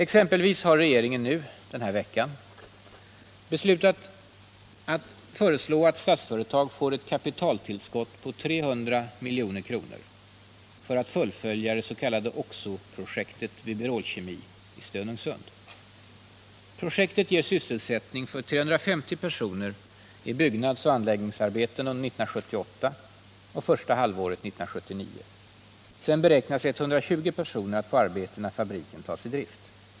Exempelvis har regeringen nu beslutat föreslå att Statsföretag får ett kapitaltillskott på 300 milj.kr. för att fullfölja det s.k. oxo-projektet vid Berol-Kemi i Stenungsund. Projektet ger sysselsättning för 350 personer i byggnadsoch anläggningsarbeten under 1978 och första halvåret 1979. Man beräknar att 120 personer kommer att få arbete när fabriken tas i drift.